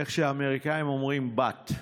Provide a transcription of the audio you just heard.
איך שהאמריקאים אומרים, but,